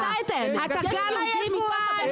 אתה גם היבואן,